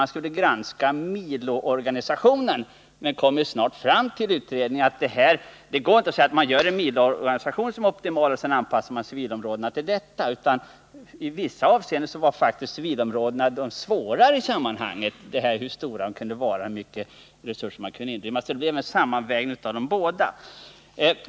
Man skulle granska miloorganisationen men kom snart fram till att det inte går att göra en miloorganisation som är optimal och sedan anpassa civilområdena till denna. I vissa avseenden var faktiskt civilområdena det svåra i sammanhanget — hur stora de kunde vara, hur mycket resurser de kunde inrymma, osv.